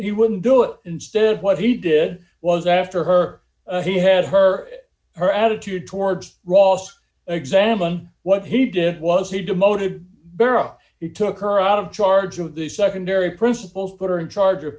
he wouldn't do it instead what he did was after her he had her her attitude towards ross examen what he did was he demoted bera he took her out of charge of the secondary principals put her in charge